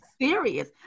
Serious